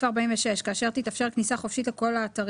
סיפור מספר 1. מנו ואלונה נישאו לפני כרבע מאה.